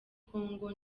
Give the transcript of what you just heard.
congo